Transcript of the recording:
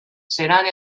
seran